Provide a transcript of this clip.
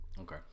okay